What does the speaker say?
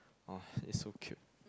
oh it's so cute